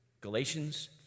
Galatians